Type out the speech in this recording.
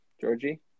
Georgie